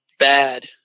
bad